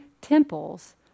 temples